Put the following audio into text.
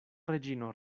reĝino